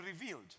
revealed